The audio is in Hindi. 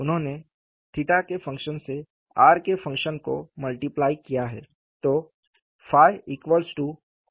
उन्होंने 𝜭 के फंक्शन से r के फंक्शन को मल्टीप्लय किया है